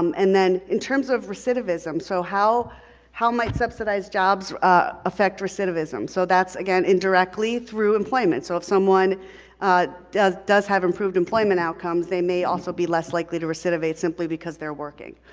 um and then, in terms of recidivism, so how how might subsidized jobs affect recidivism? so that's again indirectly through employment. so if someone does does have improved employment outcomes, they may also be less likely to recidivate, simply because they're working.